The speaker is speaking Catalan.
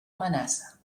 amenaça